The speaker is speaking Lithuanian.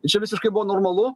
tai čia visiškai buvo normalu